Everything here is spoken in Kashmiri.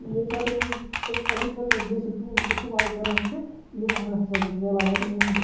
ییٚمہِ ساتَن یِم اَمہِ ایٚگرِکَلچَر بیسٕڈ ٹوٗلٕز اِستعمال کران چھِ یِمَن ہَسا چھِ مِلان اَتہِ یِہُنٛد